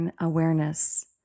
awareness